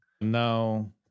No